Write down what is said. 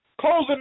Closing